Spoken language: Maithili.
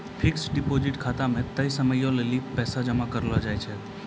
फिक्स्ड डिपॉजिट खाता मे तय समयो के लेली पैसा जमा करलो जाय छै